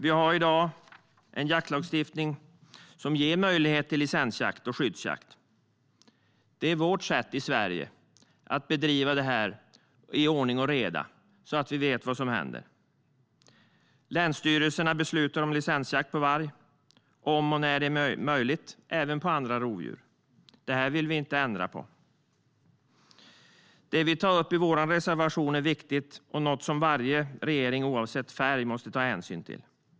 Vi har i dag en jaktlagstiftning som ger möjlighet till licensjakt och skyddsjakt. Det är vårt sätt i Sverige att bedriva det här i ordning och reda så att vi vet vad som händer. Länsstyrelserna beslutar om licensjakt på varg och om och när det är möjligt även på andra rovdjur. Det vill vi inte ändra på. Det vi tar upp i vår reservation är viktigt och något som varje regering, oavsett färg, måste ta hänsyn till.